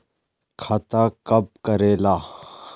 खाता कब करेला?